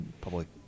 public